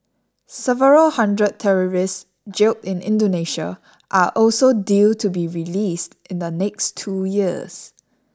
several hundred terrorists jailed in Indonesia are also due to be released in the next two years